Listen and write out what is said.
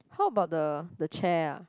how about the the chair ah